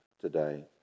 today